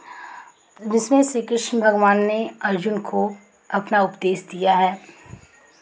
जिसमें श्री कृष्ण भगवान ने अर्जुन को अपना उपदेश दिया है